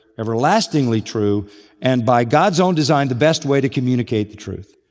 everlastingly true and by god's own design the best way to communicate the truth.